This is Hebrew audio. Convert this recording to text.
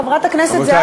חברת הכנסת זהבה